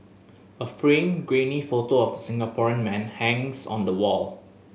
a framed grainy photo of the Singaporean man hangs on the wall